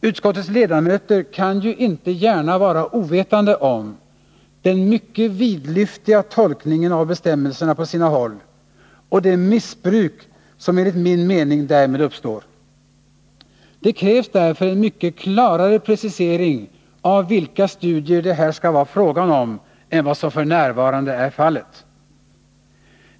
Utskottets ledamöter kan ju inte gärna vara ovetande om den på sina håll mycket vidlyftiga tolkningen av bestämmelserna och det missbruk som enligt min mening därmed uppstår. Det krävs därför en mycket klarare precisering av vilka studier det här skall vara fråga om än vad som f. n. är fallet.